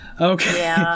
okay